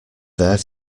there